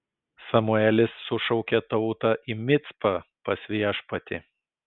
samuelis sušaukė tautą į micpą pas viešpatį